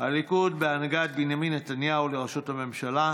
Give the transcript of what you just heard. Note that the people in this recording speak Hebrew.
מטעם סיעת הליכוד בהנהגת בנימין נתניהו לראשות הממשלה,